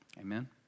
Amen